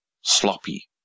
sloppy